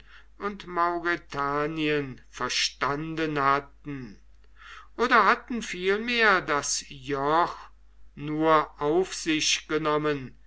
und mauretanien verstanden hatten oder hatten vielmehr das joch nur auf sich genommen